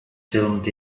filmed